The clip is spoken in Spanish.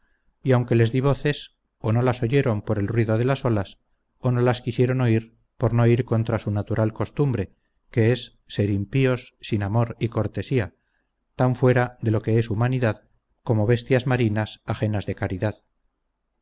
y aunque les di voces o no las oyeron por el ruido de las olas o no las quisieron oír por no ir contra su natural costumbre que es ser impíos sin amor y cortesía tan fuera de lo que es humanidad como bestias marinas ajenas de caridad